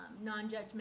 non-judgmental